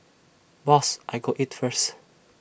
boss I go eat first